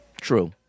True